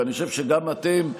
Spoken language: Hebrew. ואני חושב שגם אתם,